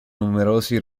numerosi